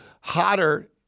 hotter